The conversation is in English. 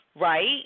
right